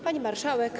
Pani Marszałek!